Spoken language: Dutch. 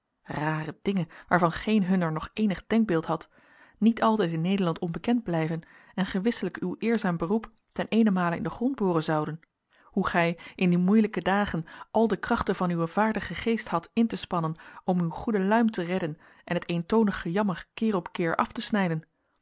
rare dingen waarvan geen hunner nog eenig denkbeeld had niet altijd in nederland onbekend blijven en gewisselijk uw eerzaam beroep ten eenemale in den grond boren zouden hoe gij in die moeielijke dagen al de krachten van uwen vaardigen geest hadt in te spannen om uw goede luim te redden en het eentonig gejammer keer op keer af te snijden